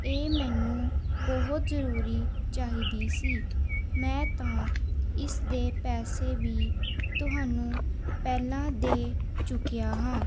ਇਹ ਮੈਨੂੰ ਬਹੁਤ ਜ਼ਰੂਰੀ ਚਾਹੀਦੀ ਸੀ ਮੈਂ ਤਾਂ ਇਸ ਦੇ ਪੈਸੇ ਵੀ ਤੁਹਾਨੂੰ ਪਹਿਲਾਂ ਦੇ ਚੁੱਕਿਆ ਹਾਂ